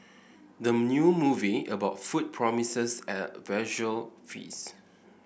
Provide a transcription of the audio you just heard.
the new movie about food promises a visual feast